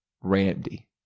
Randy